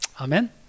amen